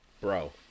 Bro